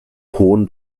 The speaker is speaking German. hohen